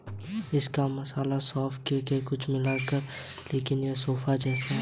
इसका मसाला सौंफ से कुछ मिलता जुलता है लेकिन यह सौंफ जैसा नहीं है